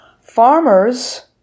Farmers